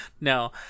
No